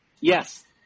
Yes